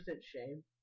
shame